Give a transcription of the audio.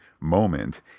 moment